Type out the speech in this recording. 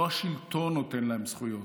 לא השלטון נותן להם זכויות,